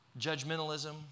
Judgmentalism